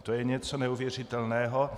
To je něco neuvěřitelného.